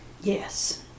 Yes